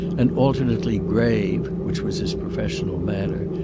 and alternately grave, which was his professional manner,